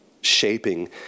shaping